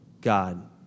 God